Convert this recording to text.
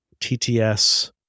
TTS